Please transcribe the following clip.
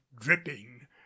dripping